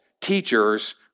teachers